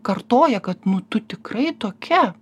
kartoja kad nu tu tikrai tokia